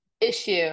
issue